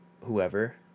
whoever